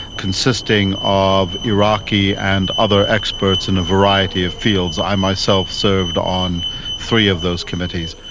consisting of iraqi and other experts in a variety of fields. i myself served on three of those committees,